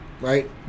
right